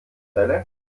celle